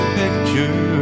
picture